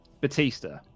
Batista